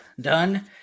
done